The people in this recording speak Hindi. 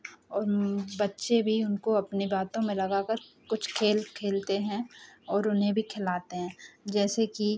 और बच्चे भी उनको अपनी बातों में लगाकर कुछ खेल खेलते हैं और उन्हें भी खेलाते हैं जैसे कि